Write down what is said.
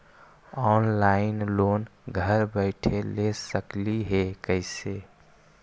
Online loan घर बैठे ले सकली हे, कैसे?